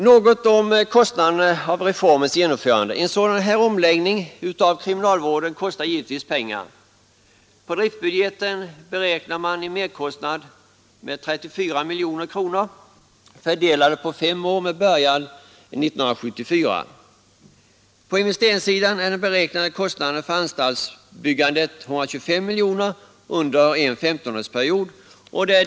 Något om kostnaden för reformens genomförande: En sådan här omläggning av kriminalvården kostar givetvis pengar. På driftbudgeten beräknar man en merkostnad av 34 miljoner kronor, fördelad på fem år med början år 1974. På investeringssidan är den beräknade kostnaden för anstaltsbyggandet 125 miljoner under en 19S5-årsperiod.